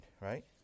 Right